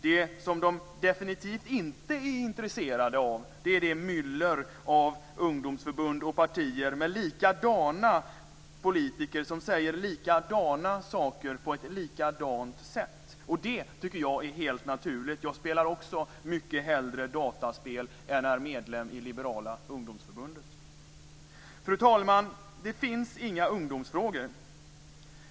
Det som de definitivt inte är intresserade av är det myller av ungdomsförbund och partier med likadana politiker som säger likadana saker på ett likadant sätt. Det tycker jag är helt naturligt. Jag spelar också mycket hellre dataspel än är medlem i Liberala ungdomsförbundet. Fru talman! Det finns inga ungdomsfrågor.